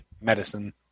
Medicine